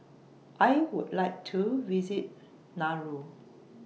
I Would like to visit Nauru